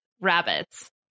rabbits